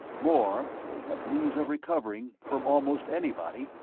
more, they have means of recovering, from almost anybody,